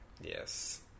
Yes